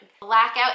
Blackout